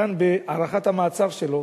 שדן בהארכת המעצר שלו